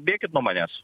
bėkit nuo manęs